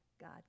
God